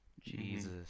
Jesus